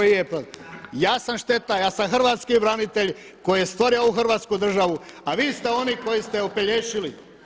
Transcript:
Ja sam šteta, ja sam hrvatski branitelj koji je stvorio ovu Hrvatsku državu, a vi ste oni koji ste opelješili.